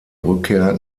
rückkehr